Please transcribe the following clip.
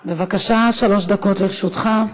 בבקשה, שלוש דקות לרשותך.